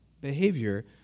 behavior